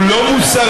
הוא לא מוסרי,